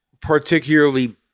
particularly